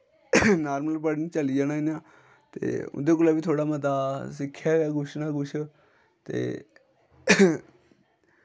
normal पढ़न चली जाना इ'यां ते उं'दे कोला बी थोह्ड़ा मता सिक्खेआ गै कुछ ना कुश ते